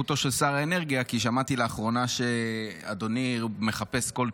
תודה אדוני היושב-ראש.